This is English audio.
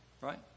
Right